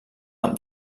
amb